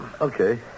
Okay